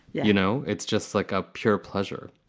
you know, it's just like a pure pleasure.